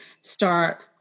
start